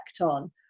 on